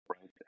right